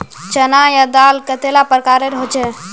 चना या दाल कतेला प्रकारेर होचे?